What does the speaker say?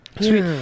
Sweet